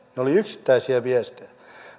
olivat yksittäisiä viestejä